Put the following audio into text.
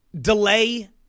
delay